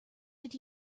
did